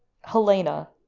Helena